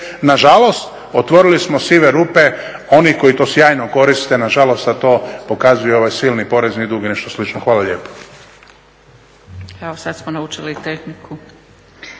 nažalost otvorili smo sive rupe onih koji to sjajno koriste, nažalost, a to pokazuje ovaj silni porezni dug i nešto slično. Hvala lijepo.